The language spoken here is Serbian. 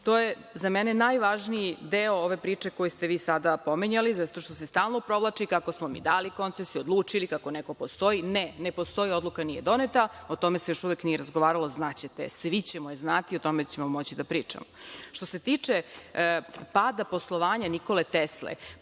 To je za mene najvažniji deo ove priče koji ste vi sada pominjali, zato što se stalno provlači kako smo dali koncesiju, odlučili kako neko postoji. Ne, ne postoji, odluka nije doneta. O tome se još uvek nije razgovaralo. Znaćete je, svi ćemo je znati, o tome ćemo moći da pričamo. Što se tiče pada poslovanja „Nikole Tesle“,